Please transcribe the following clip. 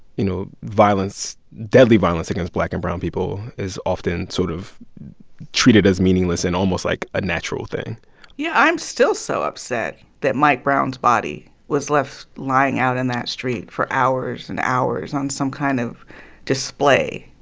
you know, violence, deadly violence against black and brown people, is often sort of treated as meaningless and almost like a natural thing yeah i'm still so upset that mike brown's body was left lying out on and that street for hours and hours on some kind of display,